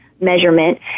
Measurement